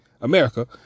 America